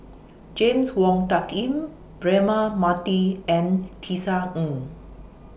James Wong Tuck Yim Braema Mathi and Tisa Ng